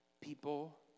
people